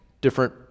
different